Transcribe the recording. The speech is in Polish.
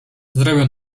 zrobię